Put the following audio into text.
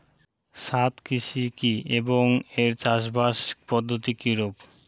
ছাদ কৃষি কী এবং এর চাষাবাদ পদ্ধতি কিরূপ?